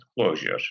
closure